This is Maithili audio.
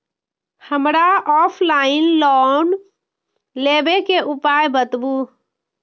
हमरा ऑफलाइन लोन लेबे के उपाय बतबु?